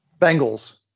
Bengals